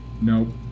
Nope